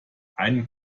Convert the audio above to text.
einen